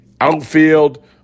Outfield